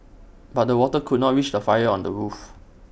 but the water could not reach the fire on the roof